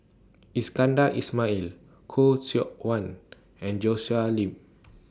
Iskandar Ismail Khoo Seok Wan and Joshua Ip